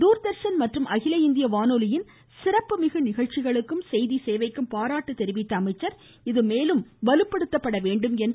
தூர்தர்ஷன் மற்றும் அகில இந்திய வானொலியின் சிறப்பு மிகு நிகழ்ச்சிகளுக்கும் செய்தி சேவைக்கும் பாராட்டு தெரிவித்த அவர் இது மேலும் வலுப்படுத்தப்பட வேண்டும் என்றார்